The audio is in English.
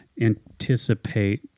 anticipate